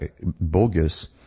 bogus